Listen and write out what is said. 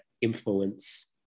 influence